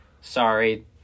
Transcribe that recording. Sorry